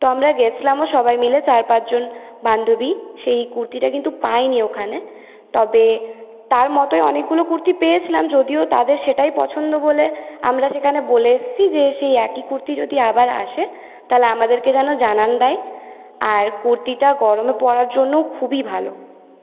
তো আমরা গেছিলামও সবাই মিলে চার পাঁচজন বান্ধবী সেই কুর্তিটা কিন্তু পাইনি ওখানে তবে তার মতোই অনেকগুলো কুর্তি পেয়েছিলাম যদিও তাদের সেটাই পছন্দ বলে আমরা সেখানে বলে এসেছি যে সেই একই কুর্তি যদি আবার আসে তাহলে আমাদেরকে যেন জানান দেয় আর কুর্তিটা গরমে পড়ার জন্য খুবই ভালো